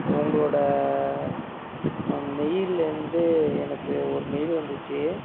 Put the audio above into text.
உங்களோடு மெயில்லேருந்து எனக்கு ஒரு மெயில் வந்துடுச்சு